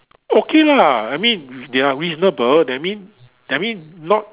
okay lah I mean they are reasonable that mean that mean not